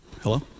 Hello